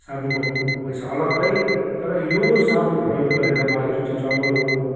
साबुनको पैसा अलग्गै तर यो साबुन प्रयोग गरेर मलाई जुन चाहिँ चर्म रोगको